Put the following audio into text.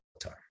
time